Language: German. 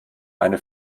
eine